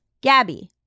Gabby